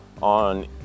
on